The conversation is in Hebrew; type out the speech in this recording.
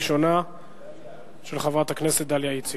של חברת הכנסת דליה איציק,